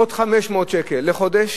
עוד 500 שקל לחודש,